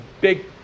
big